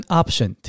option